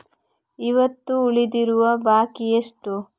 ಇವತ್ತು ಉಳಿದಿರುವ ಬಾಕಿ ಎಷ್ಟು?